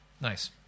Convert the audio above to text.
Nice